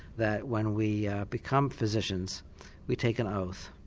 that when we become physicians we take an oath.